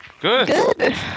good